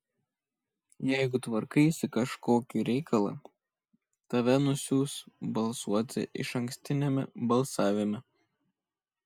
jeigu tvarkaisi kažkokį reikalą tave nusiųs balsuoti išankstiniame balsavime